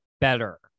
better